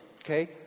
Okay